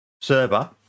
server